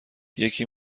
یکی